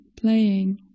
playing